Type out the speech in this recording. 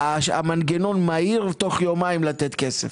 שהמנגנון מהיר כך שתוך יומיים אפשר לתת כסף.